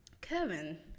Kevin